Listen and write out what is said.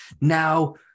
now